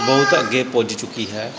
ਬਹੁਤ ਅੱਗੇ ਪੁੱਜ ਚੁੱਕੀ ਹੈ